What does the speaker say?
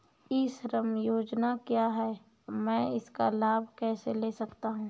ई श्रम योजना क्या है मैं इसका लाभ कैसे ले सकता हूँ?